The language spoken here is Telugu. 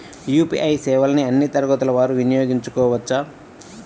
యూ.పీ.ఐ సేవలని అన్నీ తరగతుల వారు వినయోగించుకోవచ్చా?